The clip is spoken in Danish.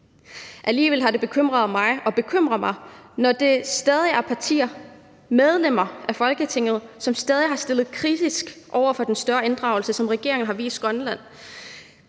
Alligevel har det bekymret mig og bekymrer mig, når der er partier og medlemmer af Folketinget, som stadig stiller sig kritisk over for den større inddragelse af Grønland, som regeringen har vist. Men